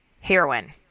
heroin